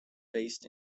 based